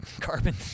carbon